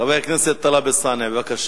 חבר הכנסת טלב אלסאנע, בבקשה.